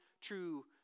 true